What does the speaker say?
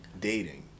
dating